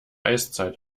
eiszeit